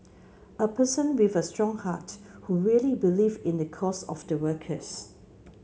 a person with a strong heart who really believe in the cause of the workers